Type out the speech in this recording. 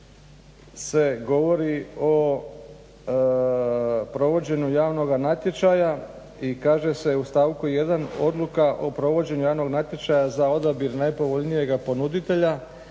se govori o provođenju javnoga natječaja i kaže se u stavku 1.: Odluka o provođenju javnog natječaja za odabir najpovoljnijeg ponuditelja